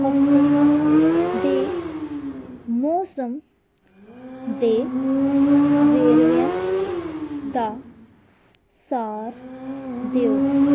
ਹਫ਼ਤੇ ਦੇ ਮੌਸਮ ਦੇ ਵੇਰਵਿਆਂ ਦਾ ਸਾਰ ਦਿਓ